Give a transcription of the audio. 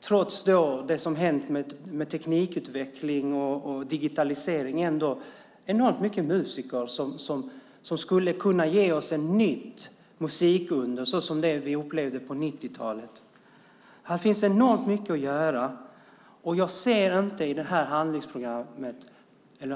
Trots det som hänt med teknikutveckling och digitalisering finns det ändå enormt många musiker som skulle kunna ge oss ett nytt musikunder, som det vi upplevde på 90-talet. Här finns enormt mycket att göra. Jag ser inte i